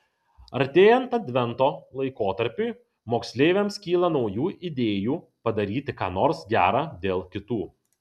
artėjant advento laikotarpiui moksleiviams kyla naujų idėjų padaryti ką nors gera dėl kitų